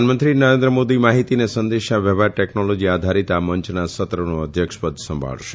પ્રધાનમંત્રી નરેન્દ્ર મોદી માહિતી અને સંદેશા વ્યવહાર ટેકનોલોજી આધારીત આ મંચના સત્રનું અધ્યક્ષ પદ સંભાળશે